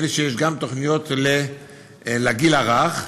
נדמה לי שיש גם תוכניות לגיל הרך,